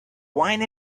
wine